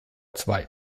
zwei